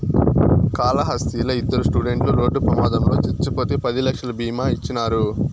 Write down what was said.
కాళహస్తిలా ఇద్దరు స్టూడెంట్లు రోడ్డు ప్రమాదంలో చచ్చిపోతే పది లక్షలు బీమా ఇచ్చినారు